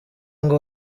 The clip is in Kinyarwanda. ngo